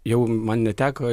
jau man neteko